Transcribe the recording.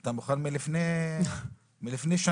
אתה מוכן מלפני שנה.